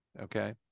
Okay